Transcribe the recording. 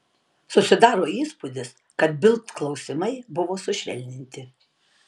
susidaro įspūdis kad bild klausimai buvo sušvelninti